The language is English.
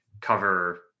cover